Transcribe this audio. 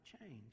change